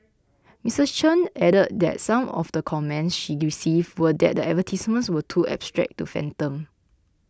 Misses Chan added that some of the comments she received were that the advertisements were too abstract to fathom